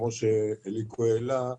כמו שאליקו העלה,